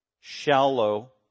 shallow